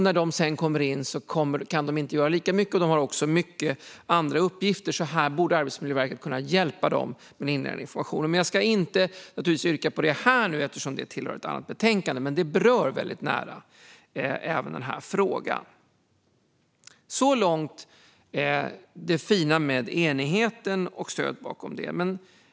När de sedan kommer in kan de inte göra lika mycket, och de har också många andra uppgifter. Här borde alltså Arbetsmiljöverket kunna hjälpa polisen med information. Jag yrkar givetvis inte på detta här och nu eftersom det tillhör ett annat betänkande, men det ligger nära dagens fråga. Så långt det fina med enighet och stödet bakom den.